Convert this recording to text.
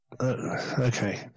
Okay